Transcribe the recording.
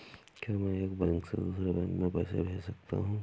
क्या मैं एक बैंक से दूसरे बैंक में पैसे भेज सकता हूँ?